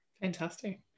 Fantastic